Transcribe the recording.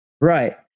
Right